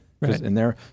Right